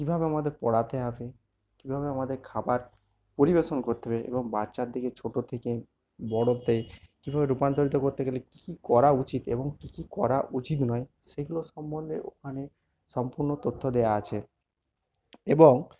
কীভাবে আমাদের পড়াতে হবে কীভাবে আমাদের খাবার পরিবেশন করতে হবে এবং বাচ্চার দিকে ছোটো থেকে বড়তে কীভাবে রূপান্তরিত করতে গেলে কী কী করা উচিত এবং কী কী করা উচিত নয় সেগুলো সম্বন্ধে ওখানে সম্পূর্ণ তথ্য দেওয়া আছে এবং